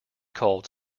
called